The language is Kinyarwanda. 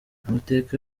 amateka